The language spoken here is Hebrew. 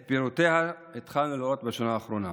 את פעולותיה התחלנו לראות בשנה האחרונה.